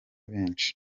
benshi